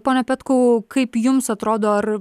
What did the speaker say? pone petkau kaip jums atrodo ar